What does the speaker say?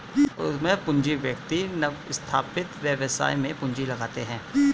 उद्यम पूंजी व्यक्ति नवस्थापित व्यवसाय में पूंजी लगाते हैं